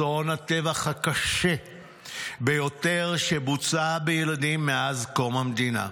אסון הטבח הקשה ביותר שבוצע בילדים מאז קום המדינה.